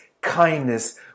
kindness